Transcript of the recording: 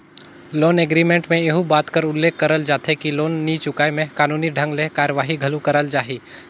loan agreement में एहू बात कर उल्लेख करल जाथे कि लोन नी चुकाय में कानूनी ढंग ले कारवाही घलो करल जाही